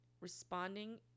responding